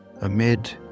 amid